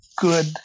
good